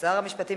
ההצבעה,